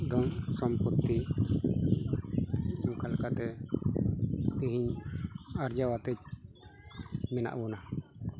ᱥᱚᱢᱯᱚᱛᱛᱤ ᱚᱱᱠᱟ ᱞᱮᱠᱟᱛᱮ ᱛᱮᱦᱮᱧ ᱟᱨᱡᱟᱣ ᱟᱛᱮ ᱢᱮᱱᱟᱜ ᱵᱚᱱᱟ